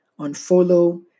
unfollow